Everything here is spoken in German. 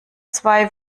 zwei